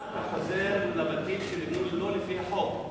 למה אתה חוזר לבתים שנבנו לא לפי החוק?